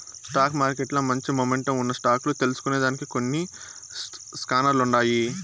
stock మార్కెట్ల మంచి momentum ఉన్న స్టాక్ లు తెల్సుకొనేదానికి కొన్ని స్కానర్లుండాయి